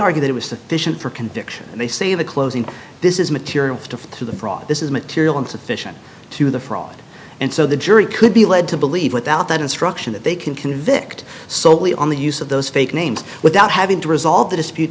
argue that it was sufficient for conviction and they say the closing this is material to through the fraud this is material sufficient to the fraud and so the jury could be led to believe without that instruction that they can convict solely on the use of those fake names without having to resolve the dispute